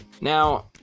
Now